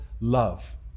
love